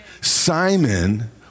Simon